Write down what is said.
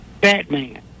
Batman